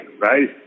right